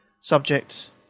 Subject